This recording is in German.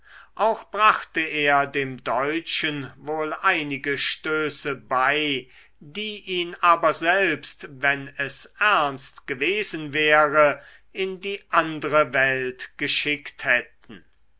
auch brachte er dem deutschen wohl einige stöße bei die ihn aber selbst wenn es ernst gewesen wäre in die andre welt geschickt hätten